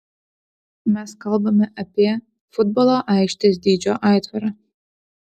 mes kalbame apie futbolo aikštės dydžio aitvarą